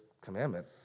commandment